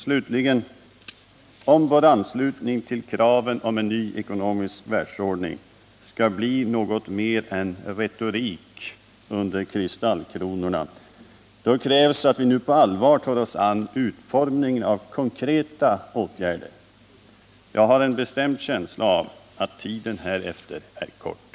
Slutligen, om vår anslutning till kraven på en ny ekonomisk världsordning skall bli något mer än retorik under kristallkronorna krävs det att vi nu på allvar tar oss an utformningen av konkreta åtgärder. Jag har en bestämd känsla av ”att tiden härefter är kort”.